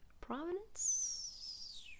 providence